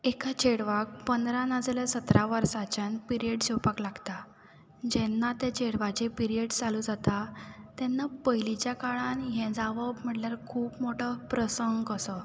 एका चेडवाक पंदरा नाजाल्यार सतरा वर्सांच्यान पिरयड्स येवपाक लागतात जेन्ना ते चेडवाचे पिरयड्स चालू जातात तेन्ना पयलींच्या काळान हें जावप म्हटल्यार खूप मोठो प्रसंग कसो